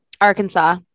Arkansas